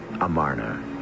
Amarna